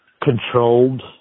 controlled